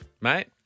mate